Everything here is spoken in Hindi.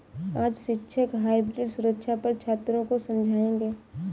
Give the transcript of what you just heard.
आज शिक्षक हाइब्रिड सुरक्षा पर छात्रों को समझाएँगे